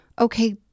Okay